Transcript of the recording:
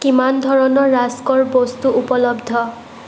কিমান ধৰণৰ ৰাস্কৰ বস্তু উপলব্ধ